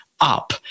up